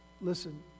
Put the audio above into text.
listen